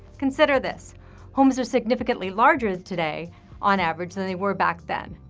consider this homes are significantly larger today on average than they were back then.